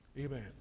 Amen